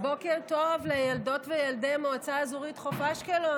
בוקר טוב לילדות וילדי מועצה אזורית חוף אשקלון.